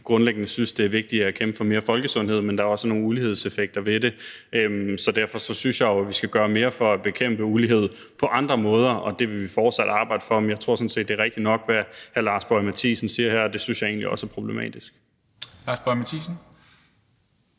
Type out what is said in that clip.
grundlæggende synes, det er vigtigt at kæmpe for mere folkesundhed, men der er også nogle ulighedsskabende effekter ved det. Derfor synes jeg jo, at vi skal gøre mere for at bekæmpe ulighed på andre måder, og det vil vi fortsat arbejde for, men jeg tror sådan set, det er rigtigt nok, hvad hr. Lars Boje Mathiesen siger her, og det synes jeg egentlig også er problematisk. Kl. 13:17 Formanden